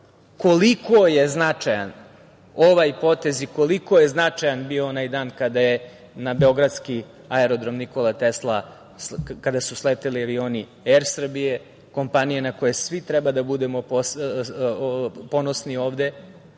koliko je značajan ovaj potez i koliko je značajan bio onaj dan kada je na Beogradski aerodrom „Nikola Tesla“ kad su sleteli avioni „Er Srbije“, kompanije na koju svi treba da budemo ovde